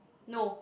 no